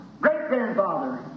great-grandfather